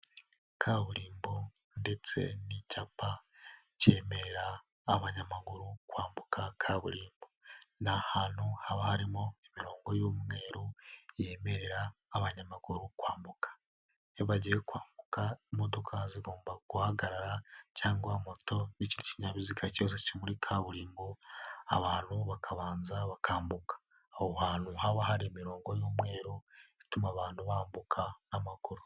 Kaburimbo ndetse n'icyapa cyemerera abanyamaguru kwambuka kaburimbo, ni ahantu haba harimo imirongo y'umweru yemerera abanyamaguru kwambuka, iyo bagiye kwambuka imodoka zigomba guhagarara cyangwa moto y'icyo kinyabiziga cyose kiri muri kaburimbo abantu bakabanza bakambuka, aho hantu haba hari imirongo y'umweru ituma abantu bambuka n'amaguru.